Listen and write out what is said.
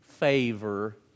favor